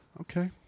okay